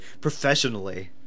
professionally